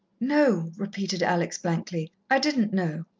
no, repeated alex blankly. i didn't know.